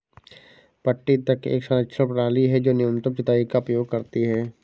पट्टी तक एक संरक्षण प्रणाली है जो न्यूनतम जुताई का उपयोग करती है